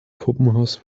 puppenhaus